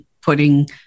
putting